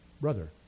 Brother